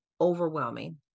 overwhelming